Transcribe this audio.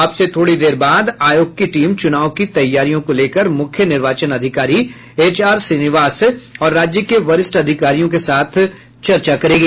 अब से थोड़ी देर बाद आयोग की टीम चुनाव की तैयारियों को लेकर मुख्य निर्वाचन अधिकारी एच आर श्रीनिवास और राज्य के वरिष्ठ अधिकारियों के साथ चर्चा करेगी